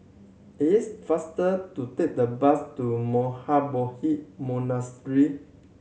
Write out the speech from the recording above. it is faster to take the bus to Monastery